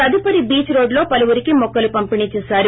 తదుపరి beach road లో పలువురికి మొక్కలు పంపిణి చేశారు